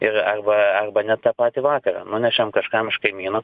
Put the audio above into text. ir arba arba net tą patį vakarą nunešam kažkam iš kaimynų